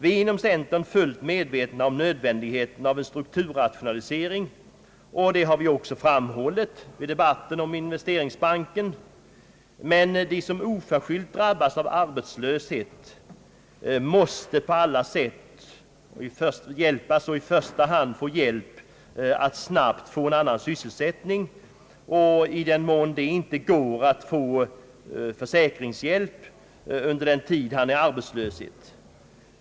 Vi inom centern är fullt medvetna om nödvändigheten av en strukturrationalisering, och det har vi också framhållit vid debatten om investeringsbanken. Men de som oförskyllt drabbas av arbetslöshet måste på alla sätt i första hand få hjälp med att snabbt få en annan sysselsättning i den mån det inte går att få försäkringshjälp under den tid man är arbetslös.